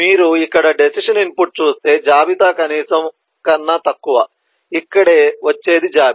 మీరు ఇక్కడ decision input చూస్తే జాబితా కనీసం కన్నా తక్కువ ఇక్కడే వచ్చేది జాబితా